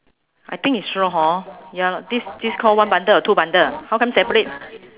I think it's straw hor ya this this call one bundle or two bundle how come separate